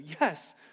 Yes